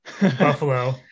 Buffalo